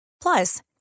Plus